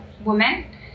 woman